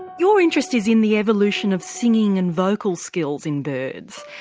your interest is in the evolution of singing and vocal skills in birds.